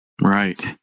right